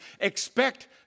expect